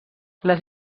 les